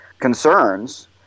concerns